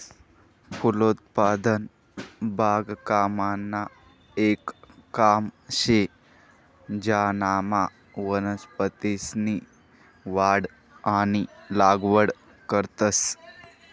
फलोत्पादन बागकामनं येक काम शे ज्यानामा वनस्पतीसनी वाढ आणि लागवड करतंस